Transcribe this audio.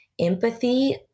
empathy